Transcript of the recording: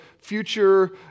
future